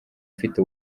ufite